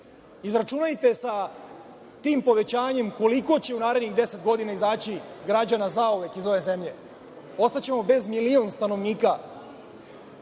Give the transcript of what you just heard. Izračunajte sa tim povećanjem koliko će u narednih deset godina izaći građana zauvek iz ove zemlje. Ostaćemo bez milion stanovnika,